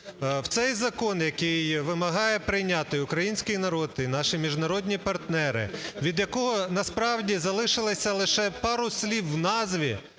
в цей закон, який вимагає прийняти український народ і наші міжнародні партнери, від якого насправді залишилося лише пару слів в назві,